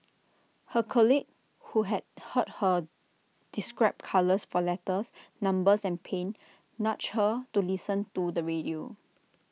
her colleague who had heard her describe colours for letters numbers and pain nudged her to listen to the radio